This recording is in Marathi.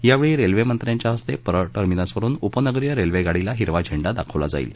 यावेळी रेल्वेमंत्र्यांच्या हस्ते परळ टर्मिनस वरुन उपनगरीय रेल्वे गाडीला हिरवा झेंडा दाखवला जाईल